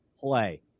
play